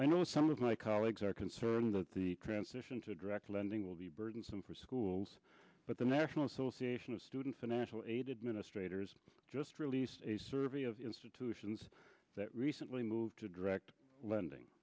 i know some of my colleagues are concerned that the transition to direct lending will be burdensome for schools but the national association of student financial aid administrators just released a survey of institutions that recently moved to direct lending